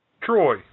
Troy